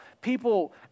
people